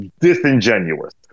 disingenuous